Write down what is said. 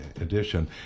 edition